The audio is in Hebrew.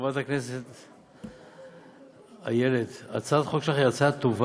חברת הכנסת איילת, הצעת החוק שלך היא הצעה טובה.